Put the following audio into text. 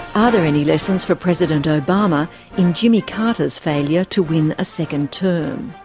are there any lessons for president obama in jimmy carter's failure to win a second term?